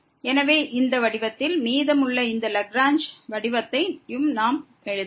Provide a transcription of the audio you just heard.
எனவே இந்த வடிவத்தில் மீதமுள்ள இந்த லாக்ரேஞ்ச் வடிவத்தையும் நாம் எழுதலாம்